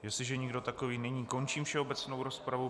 Jestliže nikdo takový není, končím všeobecnou rozpravu.